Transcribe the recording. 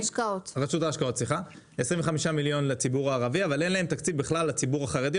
אבל אין להם תקציב בכלל לציבור החרדי,